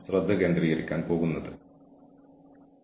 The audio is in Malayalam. കൂടാതെ അത് വ്യക്തിപരമായി എനിക്കും വളരെ പ്രധാനപ്പെട്ട ഒരു കാര്യമാണ്